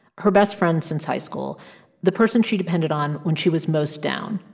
her best friend since high school the person she depended on when she was most down,